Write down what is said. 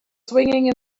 swinging